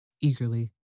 eagerly